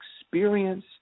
experience